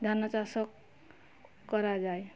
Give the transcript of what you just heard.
ଧାନଚାଷ କରାଯାଏ